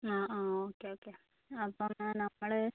ആ ആ okay okay അപ്പം എന്നാൽ നമ്മൾ